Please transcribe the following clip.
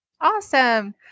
Awesome